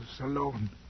alone